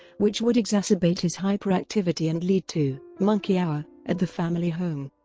which would exacerbate his hyperactivity and lead to monkey hour at the family home.